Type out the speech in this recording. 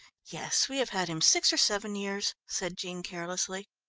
yes, we have had him six or seven years, said jean carelessly.